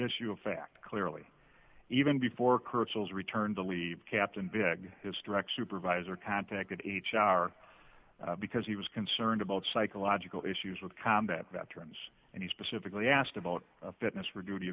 issue of fact clearly even before kurtz was returned to leave captain big his direct supervisor contacted h r because he was concerned about psychological issues with combat veterans and he specifically asked about fitness for duty